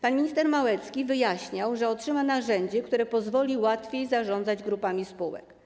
Pan minister Małecki wyjaśnia, że otrzyma narzędzie, które pozwoli łatwiej zarządzać grupami spółek.